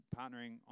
partnering